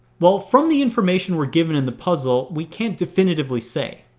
well from the information we're given in the puzzle we can't definitively say.